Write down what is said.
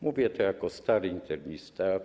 Mówię to jako stary internista.